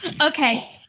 Okay